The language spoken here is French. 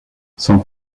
sans